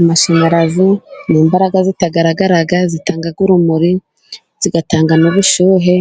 Amashanyarazi ni imbaragaraga zitagaragara zitanga urumuri zigatanga n'ubushyuhe,